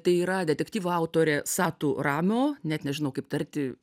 tai yra detektyvų autorė satu ramo net nežinau kaip tarti